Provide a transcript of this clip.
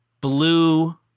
blue